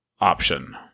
option